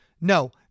No